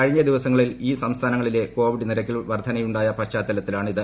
കഴിഞ്ഞ ദിവസങ്ങളിൽ ഈ സംസ്ഥാനങ്ങളിലെ കോവിഡ് നിരക്കിൽ വർദ്ധനയുണ്ടായ പശ്ചാത്തലത്തിലാണ് ഇത്